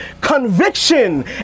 conviction